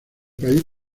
país